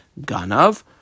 ganav